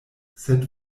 sed